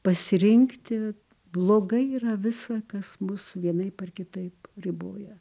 pasirinkti blogai yra visa kas bus vienaip ar kitaip riboja